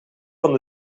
van